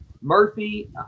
Murphy